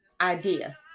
idea